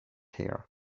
here